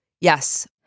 Yes